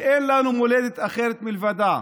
שאין לנו מולדת אחרת מלבדה.